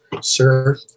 sir